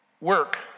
work